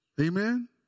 Amen